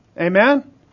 Amen